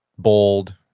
bold,